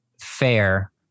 fair